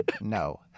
No